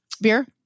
beer